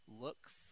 looks